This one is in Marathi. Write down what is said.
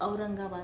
औरंगाबाद